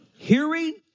Hearing